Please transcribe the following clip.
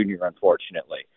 unfortunately